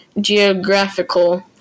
geographical